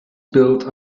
built